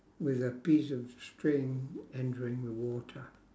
with a piece of string entering the water